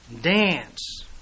dance